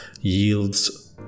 yields